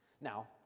Now